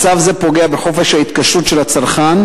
מצב זה פוגע בחופש ההתקשרות של הצרכן,